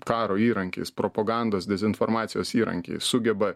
karo įrankiais propagandos dezinformacijos įrankiais sugeba